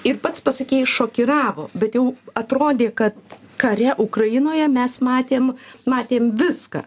ir pats pasakei šokiravo bet jau atrodė kad kare ukrainoje mes matėm matėm viską